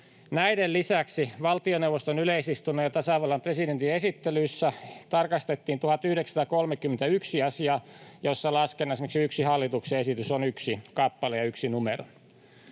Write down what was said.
Näiden lisäksi valtioneuvoston yleisistunnon ja tasavallan presidentin esittelyissä tarkastettiin 1 931 asiaa, joiden laskennassa yksi hallituksen esitys on yksi kappale ja yksi numero.